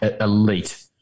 elite